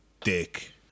dick